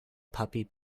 puppy